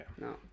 No